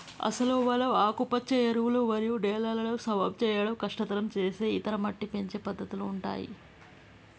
అసలు మనం ఆకుపచ్చ ఎరువులు మరియు నేలలను సమం చేయడం కష్టతరం సేసే ఇతర మట్టి పెంచే పద్దతుల ఉంటాయి